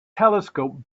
telescope